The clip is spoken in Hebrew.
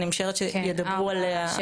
אני משערת שידברו עליה,